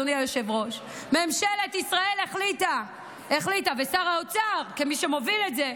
אדוני היושב-ראש: ממשלת ישראל ושר האוצר כמי שמוביל את זה,